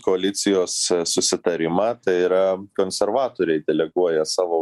koalicijos susitarimą tai yra konservatoriai deleguoja savo